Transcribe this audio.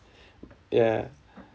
ya